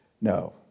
No